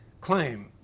claim